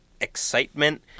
excitement